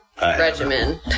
regimen